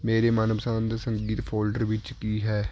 ਮੇਰੇ ਮਨਪਸੰਦ ਸੰਗੀਤ ਫੋਲਡਰ ਵਿੱਚ ਕੀ ਹੈ